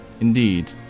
Indeed